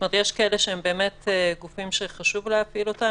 יש כאלה שחשוב להפעיל אותם,